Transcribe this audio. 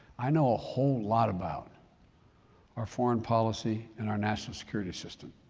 i know ah whole lot about our foreign policy and our national security system.